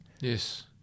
Yes